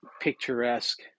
picturesque